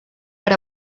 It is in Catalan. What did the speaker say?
per